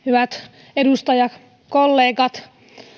hyvät edustajakollegat